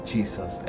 Jesus